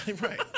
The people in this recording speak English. Right